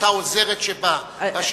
למשל אותה עוזרת שבאה.